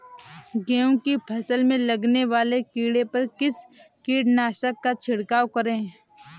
गेहूँ की फसल में लगने वाले कीड़े पर किस कीटनाशक का छिड़काव करें?